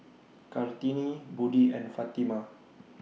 Kartini Budi and Fatimah